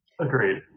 Agreed